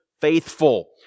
faithful